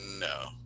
no